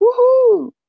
Woohoo